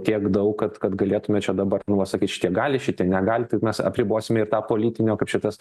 tiek daug kad kad galėtume čia dabar nu vat sakyt šitie gali šitie negali taip mes apribosim ir tą politinio kaip čia tas